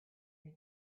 your